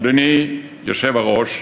אדוני היושב-ראש,